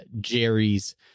Jerry's